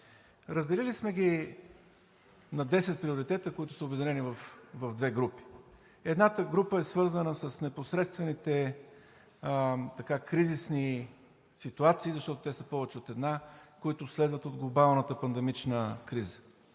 Разделили сме ги на 10 приоритета, които са обединени в две групи. Едната група е свързана с непосредствените кризисни ситуации, защото те са повече от една, които следват от глобалната пандемична криза.